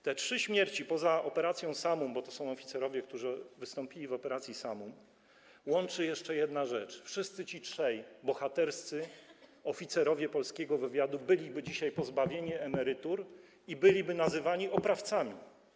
Te trzy śmierci poza operacją „Samum”, bo to są oficerowie, którzy wzięli udział w operacji „Samum”, łączy jeszcze jedna rzecz: wszyscy ci trzej bohaterscy oficerowie polskiego wywiadu byliby dzisiaj pozbawieni emerytur i byliby nazywani oprawcami.